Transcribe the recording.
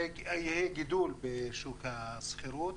ויהיה גידול בשוק השכירות.